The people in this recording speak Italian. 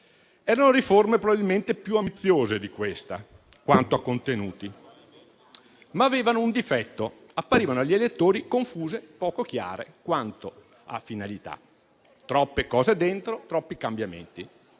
Erano riforme probabilmente più ambiziose di questa, quanto a contenuti, ma avevano un difetto: apparivano agli elettori confuse e poco chiare quanto alle finalità. Troppe cose dentro, troppi cambiamenti.